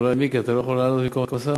אולי, מיקי, אתה לא יכול לענות במקום השר?